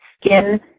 skin